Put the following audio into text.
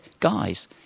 guys